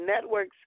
networks